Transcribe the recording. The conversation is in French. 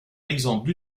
exemple